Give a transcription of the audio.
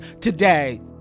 today